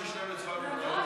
לפרוטוקול, ששנינו הצבענו הפוך?